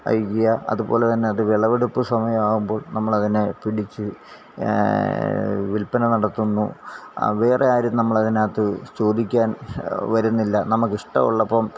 ഐകിയ അതുപോലെതന്നെ അത് വിളവെടുപ്പ് സമയം ആവുമ്പോൾ നമ്മളതിനെ പിടിച്ച് വിൽപ്പന നടത്തുന്നു വേറെ ആരും നമ്മളെ അതിനകത്ത് ചോദിക്കാൻ വരുന്നില്ല നമ്മൾക്ക് ഇഷ്ടം ഉള്ളപ്പം